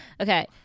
okay